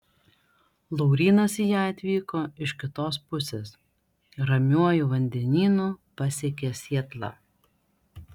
laurynas į ją atvyko iš kitos pusės ramiuoju vandenynu pasiekė sietlą